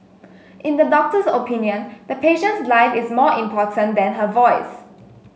in the doctor's opinion the patient's life is more important than her voice